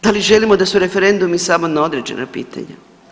Da li želimo da su referendumi samo na određena pitanja?